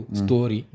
story